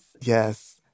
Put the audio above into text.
Yes